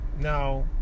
Now